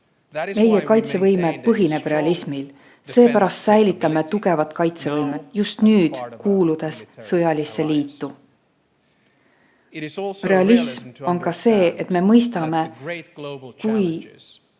Meie kaitsevõime põhineb realismil, seepärast säilitame tugevat kaitsevõimet – just nüüd, kuuludes sõjalisse liitu. Realism on ka see, et me mõistame, et